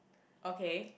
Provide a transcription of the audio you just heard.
okay